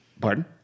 Pardon